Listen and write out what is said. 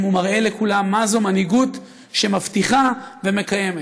הוא מראה לכולם מה זה מנהיגות שמבטיחה ומקיימת.